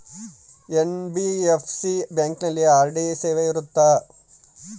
NBFC ಬ್ಯಾಂಕಿನಲ್ಲಿ RD ಸೇವೆ ಇರುತ್ತಾ?